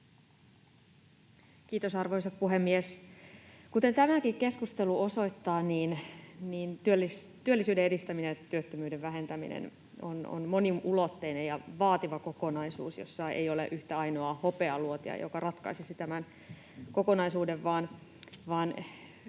Kiitos, arvoisa puhemies! Kuten tämäkin keskustelu osoittaa, niin työllisyyden edistäminen ja työttömyyden vähentäminen on moniulotteinen ja vaativa kokonaisuus, jossa ei ole yhtä ainoaa hopealuotia, joka ratkaisisi tämän kokonaisuuden, vaan